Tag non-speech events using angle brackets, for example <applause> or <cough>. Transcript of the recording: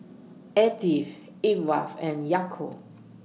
Attie <unintelligible> and Yaakov